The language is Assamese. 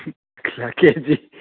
কে জি